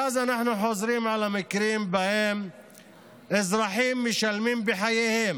ואז אנחנו חוזרים למקרים שבהם אזרחים משלמים בחייהם